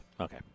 Okay